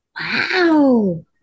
Wow